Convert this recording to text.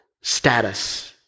status